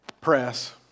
press